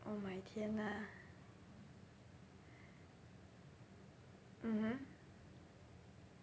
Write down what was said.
oh my 天 ah mmhmm